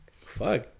fuck